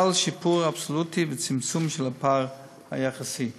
חל שיפור אבסולוטי וצמצום של הפער היחסי.